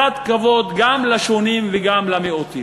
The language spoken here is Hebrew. קצת כבוד גם לשונים וגם למיעוטים.